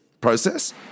process